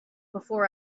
before